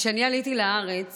כשאני עליתי לארץ